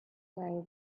day